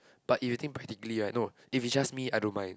but if you think practically right no if it's just me I don't mind